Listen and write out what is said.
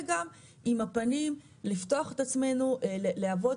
וגם עם הפנים לפתוח את עצמנו להוות